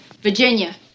Virginia